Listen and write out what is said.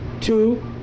Two